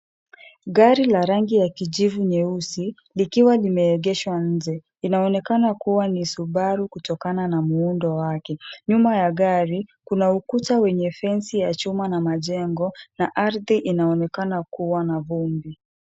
Gari la rangi ya kijivu nyeusi likiwa limeegeshwa nje. Inaonekana kuwa ni Subaru kutokana na muundo wake. Nyuma ya gari, kuna ukuta wenye fensi ya chuma na majengo, na ardhi inaonekana kuwa na vumbi.